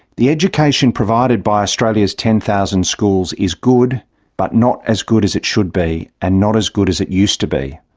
the education provided by australia's ten thousand schools is good but not as good as it should be, and not as good as it used to be.